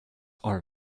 are